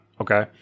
Okay